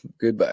Goodbye